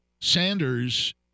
Sanders